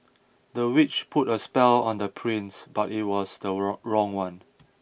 the witch put a spell on the prince but it was the wrong one